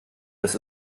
das